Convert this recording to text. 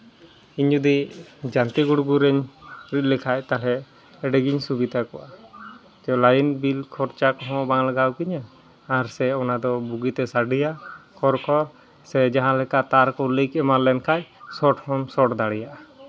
ᱤᱧ ᱡᱩᱫᱤ ᱡᱟᱱᱛᱮ ᱜᱩᱲᱜᱩ ᱨᱮᱧ ᱨᱤᱫ ᱞᱮᱠᱷᱟᱡ ᱛᱟᱦᱚᱞᱮ ᱟᱹᱰᱤᱜᱤᱧ ᱥᱩᱵᱤᱫᱷᱟ ᱠᱚᱜᱼᱟ ᱞᱟᱭᱤᱱ ᱵᱤᱞ ᱠᱷᱚᱨᱪᱟ ᱠᱚᱦᱚᱸ ᱵᱟᱝ ᱞᱟᱜᱟᱣ ᱠᱤᱧᱟ ᱟᱨ ᱥᱮ ᱚᱱᱟᱫᱚ ᱵᱩᱜᱤᱛᱮ ᱥᱟᱰᱮᱭᱟ ᱠᱚᱨ ᱠᱚᱨ ᱥᱮ ᱡᱟᱦᱟᱸ ᱞᱮᱠᱟ ᱛᱟᱨ ᱠᱚ ᱞᱤᱠ ᱮᱢᱟᱱ ᱞᱮᱱᱠᱷᱟᱡ ᱥᱚᱴ ᱦᱚᱸᱢ ᱥᱚᱴ ᱫᱟᱲᱮᱭᱟᱜᱼᱟ